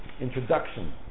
introduction